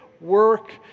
work